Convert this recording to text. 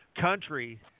country